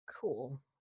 Cool